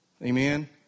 Amen